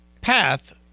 path